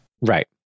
Right